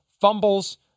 fumbles